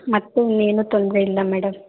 ಮತ್ತು ಇನ್ನೇನು ತೊಂದರೆ ಇಲ್ಲ ಮೇಡಮ್